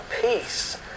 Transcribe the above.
peace